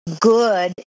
good